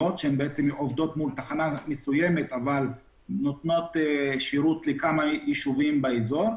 שעובדות מול תחנה מסוימת אבל נותנות שירות לכמה ישובים באזור.